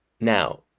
Now